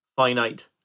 finite